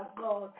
God